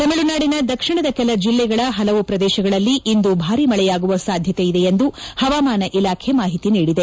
ತಮಿಳುನಾಡಿನ ದಕ್ಷಿಣದ ಕೆಲ ಜಿಲ್ಲೆಗಳ ಹಲವು ಪ್ರದೇಶಗಳಲ್ಲಿ ಇಂದು ಭಾರಿ ಮಳೆಯಾಗುವ ಸಾಧ್ಯತೆ ಇದೆ ಎಂದು ಇಲಾಖೆ ಮಾಹಿತಿ ನೀಡಿದೆ